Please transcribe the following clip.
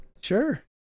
Sure